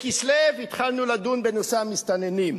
בכסלו התחלנו לדון בנושא המסתננים,